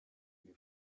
view